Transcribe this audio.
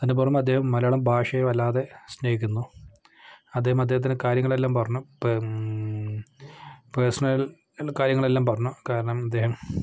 അതിൻ്റെപുറമേ അദ്ദേഹം മലയാളം ഭാഷയെ വല്ലാതെ സ്നേഹിക്കുന്നു അദ്ദേഹം അദ്ദേഹത്തിൻ്റെ കാര്യങ്ങളെല്ലാം പറഞ്ഞു പേഴ്സണൽ കാര്യങ്ങളെല്ലാം പറഞ്ഞു കാരണം അദ്ദേഹം